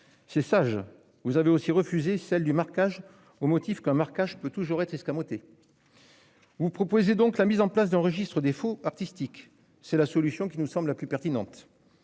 C'est sage ! Vous avez aussi refusé celle du marquage, au motif qu'un marquage peut toujours être escamoté. Vous proposez donc la mise en place d'un registre des faux artistiques. C'est la solution qui nous semble la plus pertinente.